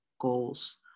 goals